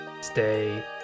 ...stay